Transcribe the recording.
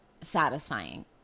satisfying